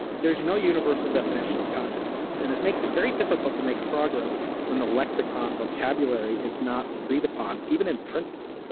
there's no universal definition of consciousness and it makes it very difficult to make progress when the lexicon vocabulary is not agreed upon even in principle. so